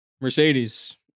Mercedes